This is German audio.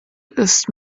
ist